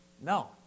No